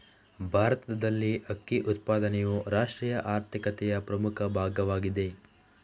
ಭಾರತದಲ್ಲಿ ಅಕ್ಕಿ ಉತ್ಪಾದನೆಯು ರಾಷ್ಟ್ರೀಯ ಆರ್ಥಿಕತೆಯ ಪ್ರಮುಖ ಭಾಗವಾಗಿದೆ